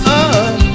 up